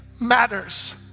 matters